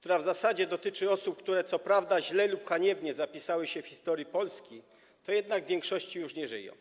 która w zasadzie dotyczy osób, które co prawda źle lub haniebnie zapisały się w historii Polski, ale jednak w większości już nie żyją.